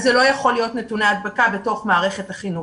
אז זה לא יכול להיות נתוני הדבקה בתוך מערכת החינוך,